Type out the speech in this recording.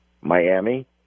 Miami